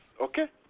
Okay